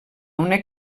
una